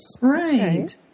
Right